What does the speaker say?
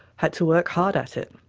had to work hard at it.